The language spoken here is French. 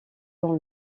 dans